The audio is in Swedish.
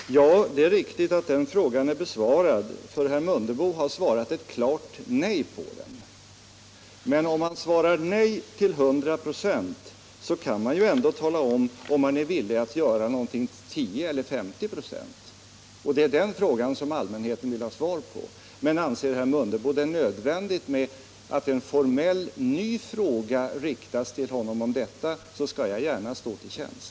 Herr talman! Det är riktigt att den frågan är besvarad, för herr Mundebo har sagt ett klart nej på den. Men om man svarar nej till 100 96 så kan man ändå tala om om man är villig att göra någonting till 10 eller 50 96. Och det är den frågan som allmänheten vill ha svar på. Men anser herr Mundebo att det är nödvändigt att formellt rikta en ny fråga till honom om detta så skall jag gärna stå till tjänst.